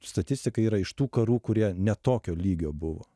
statistika yra iš tų karų kurie ne tokio lygio buvo